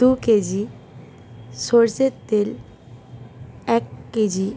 দু কেজি সর্ষের তেল এক কেজি